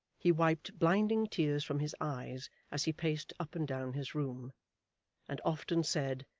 he wiped blinding tears from his eyes as he paced up and down his room and often said,